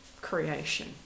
creation